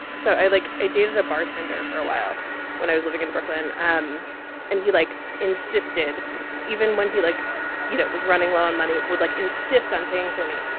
so i like i dated a bartender for a while when i was living in brooklyn. um and he like insisted even when he like you know it was running low on money would like insist on paying for me.